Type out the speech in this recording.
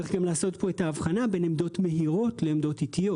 צריך לעשות פה גם הבחנה בין עמדות מהירות לעמדות איטיות.